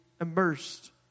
immersed